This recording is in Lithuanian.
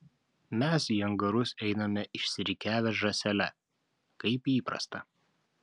mes į angarus einame išsirikiavę žąsele kaip įprasta